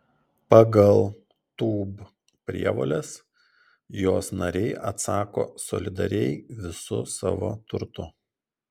pagal tūb prievoles jos nariai atsako solidariai visu savo turtu